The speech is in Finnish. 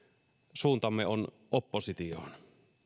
suuntamme on oppositioon